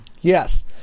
Yes